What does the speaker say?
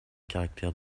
caractères